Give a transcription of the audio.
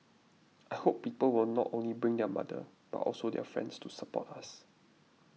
I hope people will not only bring their mother but also their friends to support us